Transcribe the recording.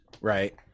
right